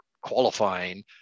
qualifying